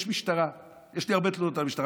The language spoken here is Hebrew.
יש משטרה, יש לי הרבה תלונות על המשטרה.